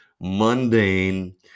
mundane